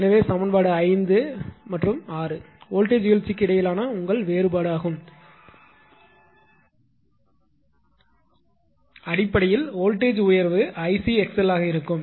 எனவே சமன்பாடு 5 மற்றும் 6 வோல்ட்டேஜ் வீழ்ச்சிக்கு இடையிலான உங்கள் வேறுபாடு அடிப்படையில் வோல்ட்டேஜ் உயர்வு 𝐼𝑐𝑥𝑙 ஆக இருக்கும்